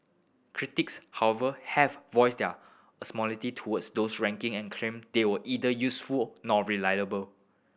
critics however have voiced their animosity towards those ranking and claim they were either useful nor reliable